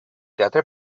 teatre